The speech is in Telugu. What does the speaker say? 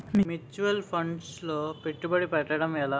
ముచ్యువల్ ఫండ్స్ లో పెట్టుబడి పెట్టడం ఎలా?